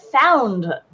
found